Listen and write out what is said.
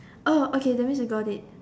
oh okay that means we got it